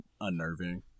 unnerving